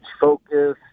focus